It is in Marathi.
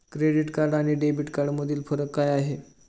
क्रेडिट कार्ड आणि डेबिट कार्डमधील फरक काय आहे?